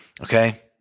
Okay